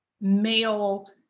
male